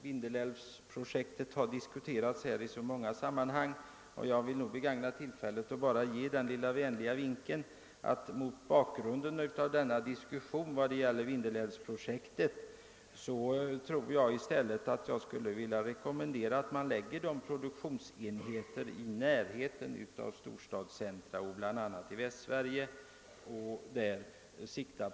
Vindelälvsprojektet har ju diskuterats här i många sammanhang, och jag vill begagna tillfället till att ge den lilla vänliga vinken att det vore bättre att sikta på atomkraftverk och värmekraftverk och lägga sådana produktionsenheter i närheten av produktionscentra, bl.a. i Västsverige.